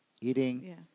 eating